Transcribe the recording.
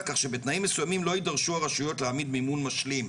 כך שבתנאים מסויימים לא יידרשו הרשויות להעמיד מימון משלים.